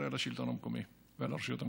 אחראי לשלטון המקומי ולרשויות המקומיות,